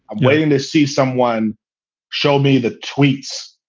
waiting to see someone show me the tweets.